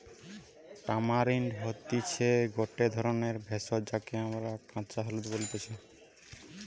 tamarind হতিছে গটে ধরণের ভেষজ যাকে আমরা কাঁচা হলুদ বলতেছি